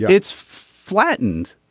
it's flattened.